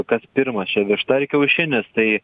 kas pirmas čia višta ar kiaušinis tai